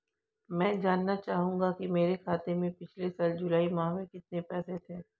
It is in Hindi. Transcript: मैं जानना चाहूंगा कि मेरे खाते में पिछले साल जुलाई माह में कितने पैसे थे?